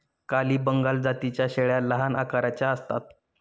काली बंगाल जातीच्या शेळ्या लहान आकाराच्या असतात